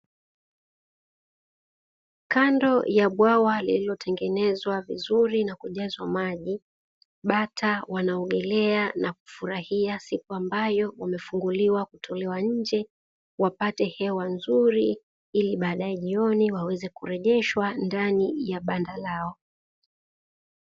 Kando ya bwawa lililotengenezwa vizuri na kujazwa maji, bata wanaogelea na kufurahia siku ambayo wamefunguliwa kutolewa nje wapate hewa nzuri ili baadaye jioni waweze kurejeshwa ndani ya banda lao.